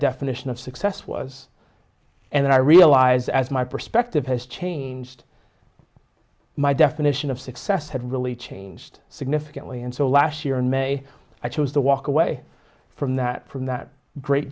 definition of success was and then i realized as my perspective has changed my definition of success had really changed significantly and so last year in may i chose to walk away from that from that great